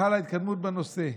חלה התקדמות בנושא.